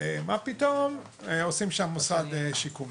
מה פתאום עושים שם מוסד שיקומי.